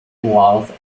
valve